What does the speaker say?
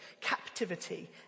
captivity